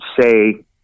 say